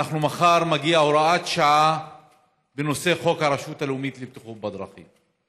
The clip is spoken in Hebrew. מחר תגיע הוראת שעה בנושא חוק הרשות הלאומית לבטיחות בדרכים.